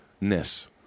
Ness